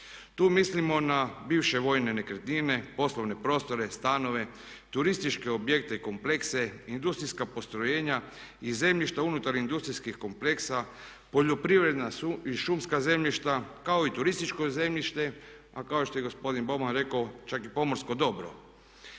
Tu mislimo na bivše vojne nekretnine, poslovne prostore, stanove, turističke objekte i komplekse, industrijska postrojenja i zemljišta unutar industrijskih kompleksa, poljoprivredna i šumska zemljišta kao i turističko zemljište. A kao što je i gospodin Boban rekao čak i pomorsko dobro.